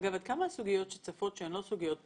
עד כמה הסוגיות שצפות שהן לא סוגיות פליליות,